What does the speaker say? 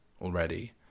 already